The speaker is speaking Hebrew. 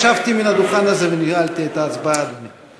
ישבתי על הדוכן הזה וניהלתי את ההצבעה, אדוני.